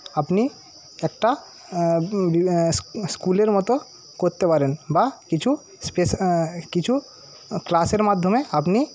আপনি একটা স্ক স্ক স্কুলের মতো করতে পারেন বা কিছু স্পেসা কিছু ক্লাসের মাধ্যমে আপনি